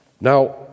Now